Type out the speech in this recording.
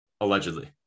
Allegedly